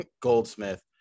goldsmith